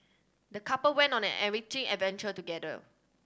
the couple went on an enriching adventure together